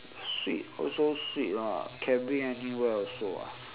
sweet also sweet [what] can bring anywhere also [what]